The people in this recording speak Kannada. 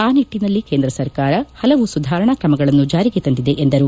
ಆ ನಿಟ್ಟನಲ್ಲಿ ಕೇಂದ್ರ ಸರ್ಕಾರ ಹಲವು ಸುಧಾರಣಾ ಕ್ರಮಗಳನ್ನು ಜಾರಿಗೆ ತಂದಿದೆ ಎಂದರು